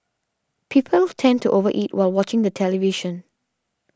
people tend to over eat while watching the television